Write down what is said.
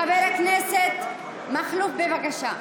חבר הכנסת מכלוף, בבקשה,